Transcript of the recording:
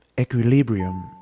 Equilibrium